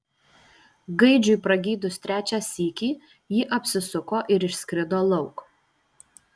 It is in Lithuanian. gaidžiui pragydus trečią sykį ji apsisuko ir išskrido lauk